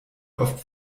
oft